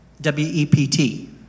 W-E-P-T